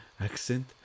accent